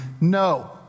No